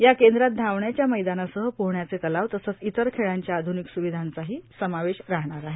या केंद्रात धावण्याच्या मैदानासह पोहण्याचे तलाव तसंच इतर खेळांच्या आधनिक स्विधांचाही समावेश राहणार आहे